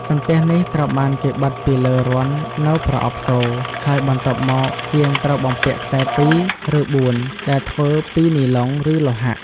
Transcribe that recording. សន្ទះនេះត្រូវបានគេបិទពីលើរន្ធនៅប្រអប់សូរ ហើយបន្ទាប់មក ជាងត្រូវបំពាក់ខ្សែពីរ ឬបួន ដែលធ្វើពីនីឡុង ឬលោហៈ។